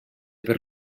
per